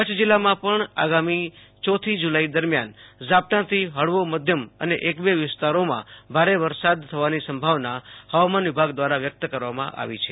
કચ્છ જીલ્લામાં પણ આગામી ચોથી જુલાઈ દરમિયાન ઝોપટાથી હળવો માધ્યમ અને એક બે વિસ્તારોમાં ભારે વરસાદ થવાની સંભાવના ફેવામાન વિભાગ દ્વારા વ્યક્ત કરવામાં આવી છે